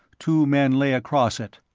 two men lay across it.